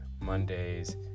Mondays